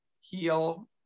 heal